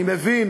אני מבין